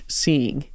seeing